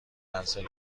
کنسل